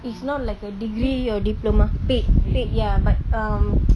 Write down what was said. it's not like a degree or diploma paid paid ya but um